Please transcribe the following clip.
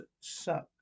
suck